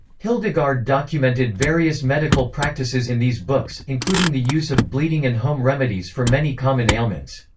hildegard documented various medical practices in these books, including the use of bleeding and home remedies for many common ailments.